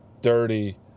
Dirty